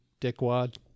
dickwad